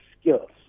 skills